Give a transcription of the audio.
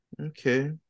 Okay